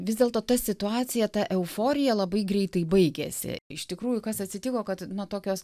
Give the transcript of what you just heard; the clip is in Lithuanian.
vis dėlto ta situacija ta euforija labai greitai baigėsi iš tikrųjų kas atsitiko kad na tokios